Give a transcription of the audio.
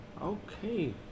Okay